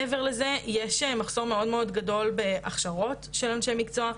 מעבר לזה יש מחסור מאוד מאוד גדול בהכשרות של אנשי מקצוע,